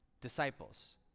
Disciples